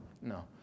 no